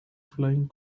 flying